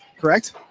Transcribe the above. correct